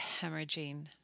hemorrhaging